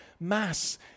mass